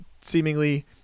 seemingly